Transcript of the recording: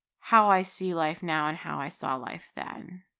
how i see life now and how i saw life then.